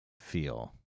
feel